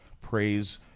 praise